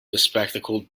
bespectacled